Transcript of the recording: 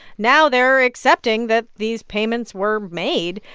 now they're accepting that these payments were made,